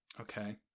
Okay